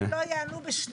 אם הם לא ייענו בשלילה,